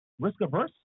risk-averse